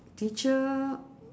teacher